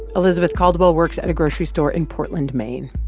elizabeth caldwell works at a grocery store in portland, maine.